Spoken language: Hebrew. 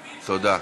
תודה.